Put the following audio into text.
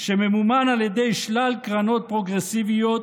שממומן על ידי שלל קרנות פרוגרסיביות,